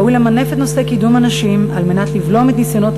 ראוי למנף את נושא קידום הנשים על מנת לבלום את ניסיונות